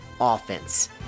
offense